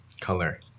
Color